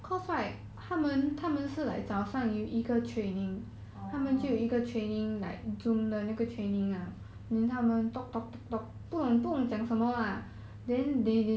she first day oh then the first day leh orh